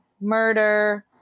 murder